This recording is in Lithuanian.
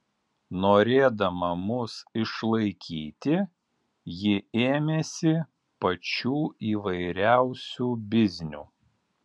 norėdama mus išlaikyti ji ėmėsi pačių įvairiausių biznių